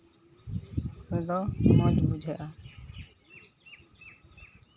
ᱨᱮᱫᱚ ᱢᱚᱡᱽ ᱵᱩᱡᱷᱟᱹᱜᱼᱟ